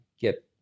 get